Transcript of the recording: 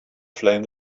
flame